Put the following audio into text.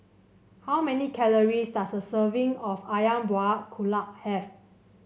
how many calories does a serving of ayam Buah Keluak have